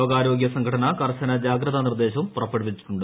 ലോകാരോഗ്യ സംഘടന കർശന ജാഗ്രതാ നിർദ്ദേശം പുറപ്പെടുവിച്ചിട്ടുണ്ട്